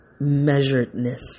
measuredness